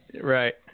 Right